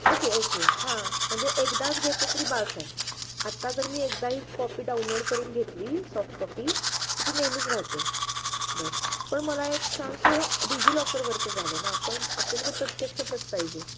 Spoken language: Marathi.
ओके ओके हां म्हणजे एकदाच घेतलं तरी बस्स आहे आत्ता जर मी एकदा ही कॉपी डाउनलोड करून घेतली सॉफ्टकॉपी तर ती नेहमीच राहते बरं पण मला एक सांग की हे डिजिलॉकरवरचं झालं ना आपण आपल्याला तर प्रत्यक्ष प्रत पाहिजे